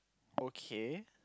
okay